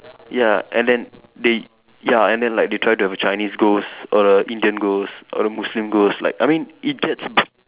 ya and then they ya and then like they try to have a Chinese ghost or a Indian ghost or a Muslim ghost like I mean it gets